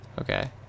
Okay